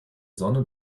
sonne